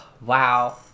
Wow